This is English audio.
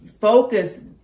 focus